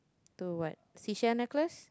to what sea shell necklace